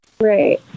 Right